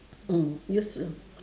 mm useless